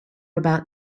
about